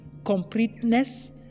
completeness